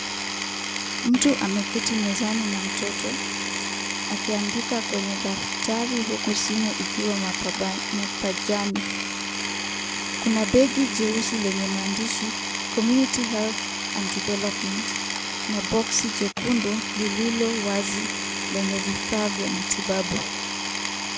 Mtu ameketi mezani na mtoto akiandika kwenye daftari, huku simu ikiwa mapajani, kuna begi jeusi lenye maandishi community health anmd development , na boxisi jekundu lililo wazi lenye vifaa vya matibabu.